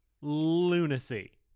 lunacy